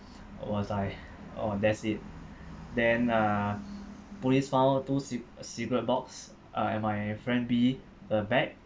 I was like oh that's it then uh police found out two ci~ cigarette box uh at my friend B uh bag